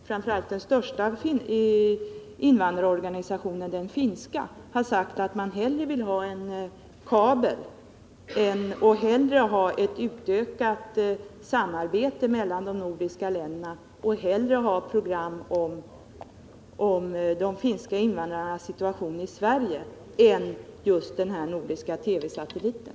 Framför allt den största invandrarorganisationen, den finska, har sagt att man hellre vill ha en kabel och ett utökat samarbete mellan de nordiska länderna och hellre vill ha program om de finska invandrarnas situation i Sverige än den nordiska TV-satelliten.